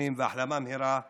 האחרונים והחלמה מהירה לפצועים.